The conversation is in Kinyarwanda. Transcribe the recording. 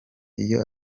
iyo